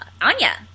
anya